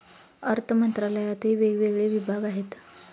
अर्थमंत्रालयातही वेगवेगळे विभाग आहेत